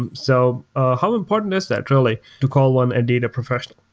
and so ah how important is that, really, to call one a data professional?